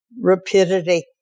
rapidity